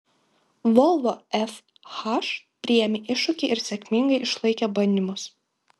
volvo fh priėmė iššūkį ir sėkmingai išlaikė bandymus